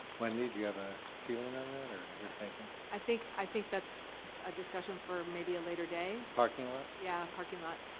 wendy, do you have a feeling on that or you're thinking? i think i think that's a discussion for maybe a later day. parking lot? yeah, parking lot.